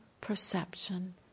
perception